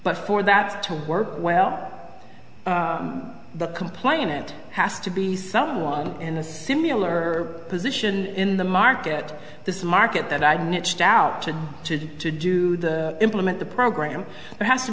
but for the to work well but complain it has to be someone in a similar position in the market this market that i'd niched out to to do the implement the program there has to